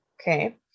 Okay